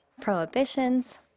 prohibitions